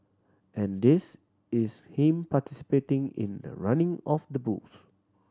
and this is him participating in the running of the bulls